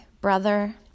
brother